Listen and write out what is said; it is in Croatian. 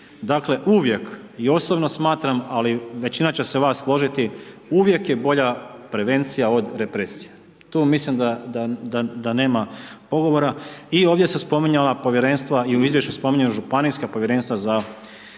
Dakle, uvijek i osobno smatram, ali većina će se vas složiti, uvijek je bolja prevencija od represije, tu mislim da nema pogovora i ovdje su se spominjala povjerenstva i u izvješću se spominju županijska povjerenstva za suzbijanje